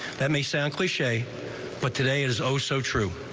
that may sound cliche but today is oh so true.